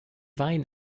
wein